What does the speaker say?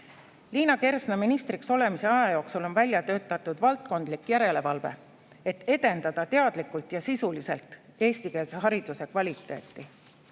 Liina Kersna ministriks olemise aja jooksul on välja töötatud valdkondlik järelevalve, et edendada teadlikult ja sisuliselt eestikeelse hariduse kvaliteeti. Neljandaks,